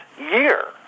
year